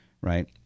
right